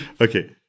Okay